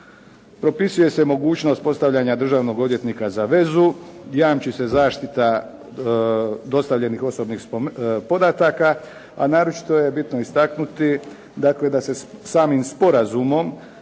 Propisuje se mogućnost postavljanja državnog odvjetnika za vezu. Jamči se zaštita dostavljenih osobnih podataka. A naročito je bitno istaknuti dakle da se samim sporazumom